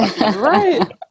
Right